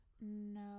No